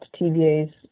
TVA's